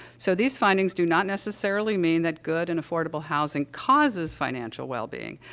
so, these findings do not necessarily mean that good and affordable housing causes financial wellbeing,